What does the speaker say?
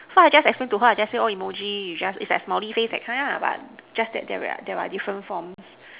so I just explain to her I just say oh emoji you just it's like smiley face that kind ah but just that there are different forms